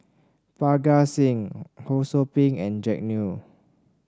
Parga Singh Ho Sou Ping and Jack Neo